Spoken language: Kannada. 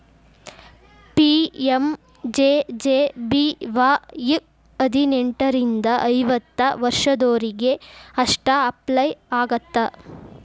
ಪಿ.ಎಂ.ಜೆ.ಜೆ.ಬಿ.ವಾಯ್ ಹದಿನೆಂಟರಿಂದ ಐವತ್ತ ವರ್ಷದೊರಿಗೆ ಅಷ್ಟ ಅಪ್ಲೈ ಆಗತ್ತ